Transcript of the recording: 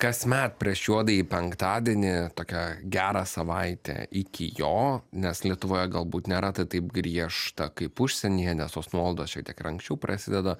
kasmet prieš juodąjį penktadienį tokią gerą savaitę iki jo nes lietuvoje galbūt nėra tai taip griežta kaip užsienyje nes tos nuolaidos šiek tiek ir anksčiau prasideda